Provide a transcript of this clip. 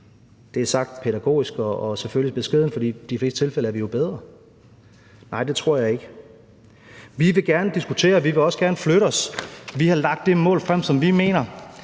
Det er sagt pædagogisk og selvfølgelig beskedent, for i de fleste tilfælde er vi jo bedre. Nej, det tror jeg ikke. Vi vil gerne diskutere, og vi vil også gerne flytte os. Vi har lagt det mål frem, som vi mener